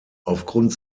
aufgrund